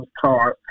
card